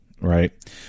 right